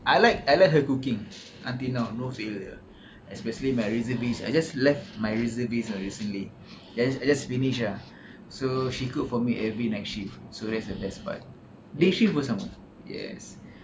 I like I like her cooking until now no failure especially my recipes I just left my recipes recently there's I just finish ah so she cook for me every night shift so that's the best part day shift pun sama yes